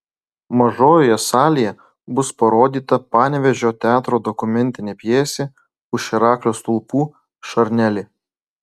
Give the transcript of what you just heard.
mažojoje salėje bus parodyta panevėžio teatro dokumentinė pjesė už heraklio stulpų šarnelė